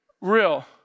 real